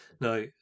Now